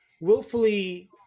willfully